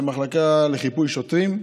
המחלקה לחיפוי שוטרים,